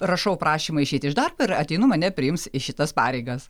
rašau prašymą išeit iš darbo ir ateinu mane priims į šitas pareigas